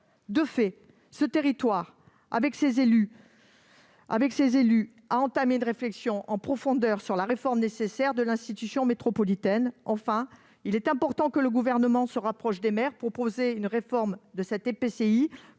se faire avec les élus locaux, lesquels ont entamé une réflexion en profondeur sur la réforme nécessaire de l'institution métropolitaine. Enfin, il est important que le Gouvernement se rapproche des maires. Proposer une réforme de cet EPCI